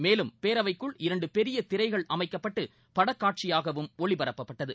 மேலும் பேரவைக்குகள் இரண்டு பெரிய திரைகள் அமைக்கப்பட்டு படக்காட்சியாகவும் ஒளிபரப்பப்பட்டது